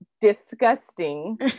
disgusting